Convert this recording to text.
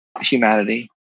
humanity